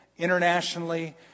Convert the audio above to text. internationally